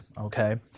okay